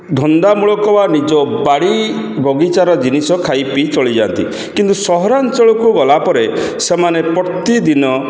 ଧନ୍ଦାମୂଳକ ବା ନିଜ ବାଡ଼ି ବଗିଚାର ଜିନିଷ ଖାଇ ପିଇ ଚଳିଯାଆନ୍ତି କିନ୍ତୁ ସହରାଞ୍ଚଳକୁ ଗଲାପରେ ସେମାନେ ପ୍ରତିଦିନ